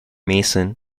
mason